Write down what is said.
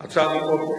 במבחני המיצ"ב.